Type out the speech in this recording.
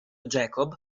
jacob